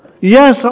Yes